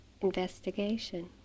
investigation